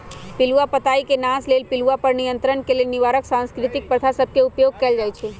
पिलूआ पताई के नाश लेल पिलुआ पर नियंत्रण के लेल निवारक सांस्कृतिक प्रथा सभ के उपयोग कएल जाइ छइ